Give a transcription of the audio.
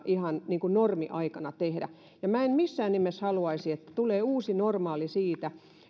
ihan niin kuin normiaikana tehdä minä en missään nimessä haluaisi että tulee uusi normaali siitä